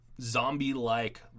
zombie-like